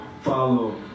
follow